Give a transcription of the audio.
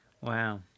Wow